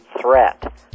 threat